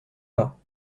pas